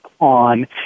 on